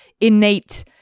innate